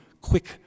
quick